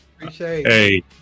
Hey